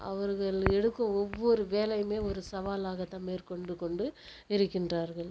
அவர்கள் எடுக்கும் ஒவ்வொரு வேலையுமே ஒரு சவாலாக தான் மேற்கொண்டு கொண்டு இருக்கின்றார்கள்